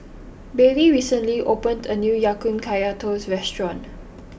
Baylie recently opened a new Ya Kun Kaya Toast restaurant